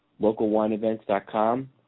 localwineevents.com